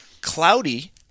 Cloudy